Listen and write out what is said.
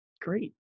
great